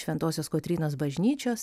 šventosios kotrynos bažnyčios